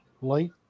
light